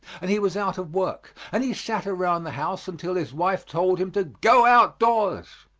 and he was out of work, and he sat around the house until his wife told him to go out doors.